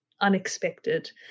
unexpected